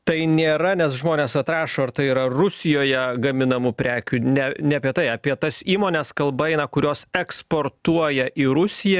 tai nėra nes žmonės vat rašo ar tai yra rusijoje gaminamų prekių ne ne apie tai apie tas įmones kalba eina kurios eksportuoja į rusiją